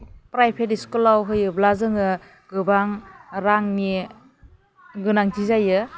private स्कुलाव होयोब्ला जोङो गोबां रांनि गोनांथि जायो